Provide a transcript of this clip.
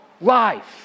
life